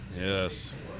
Yes